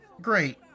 Great